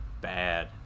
bad